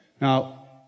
Now